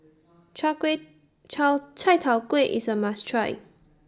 Chai Kway Chai Tow Kway IS A must Try